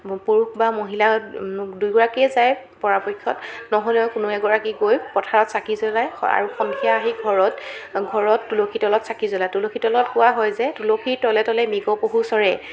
পুৰুষ বা মহিলা দুইগৰাকীয়ে যায় পৰাপক্ষত নহ'লেও কোনো এগৰাকী গৈ পথাৰত চাকি জলায় আৰু সন্ধিয়া আহি ঘৰত ঘৰত তুলসী তলত চাকি জ্বলায় তুলসী তলত কোৱা হয় যে তুলসীৰ তলে তলে মৃগ পহু চৰে